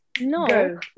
No